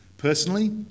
Personally